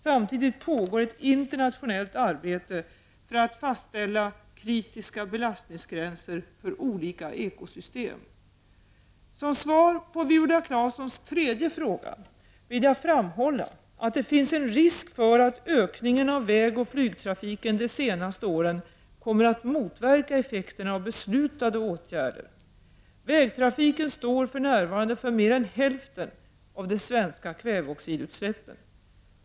Samtidigt pågår ett internationellt arbete för att fastställa kritiska belastningsgränser för olika ekosystem. Som svar på Viola Claessons tredje fråga vill jag framhålla att det finns en risk för att ökningen av vägoch flygtrafiken de senaste åren kommer att motverka effekterna av beslutade åtgärder. Vägtrafiken står för närvarande för mer än hälften av de svenska kväveoxidutsläppen.